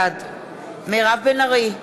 בעד מירב בן ארי,